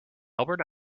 albert